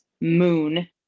moon